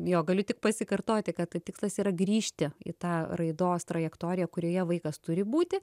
jo galiu tik pasikartoti kad tikslas yra grįžti į tą raidos trajektoriją kurioje vaikas turi būti